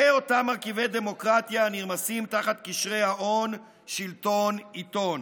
ואותם מרכיבי דמוקרטיה הנרמסים תחת קשרי ההון שלטון עיתון.